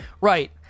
Right